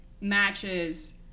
matches